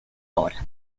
ahora